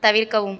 தவிர்க்கவும்